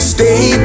Stay